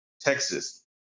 Texas